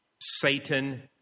Satan